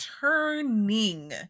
turning